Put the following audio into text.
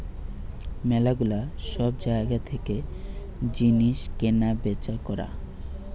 ম্যালা গুলা সব জায়গা থেকে জিনিস কেনা বেচা করা